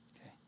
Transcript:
Okay